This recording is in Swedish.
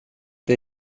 det